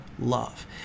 love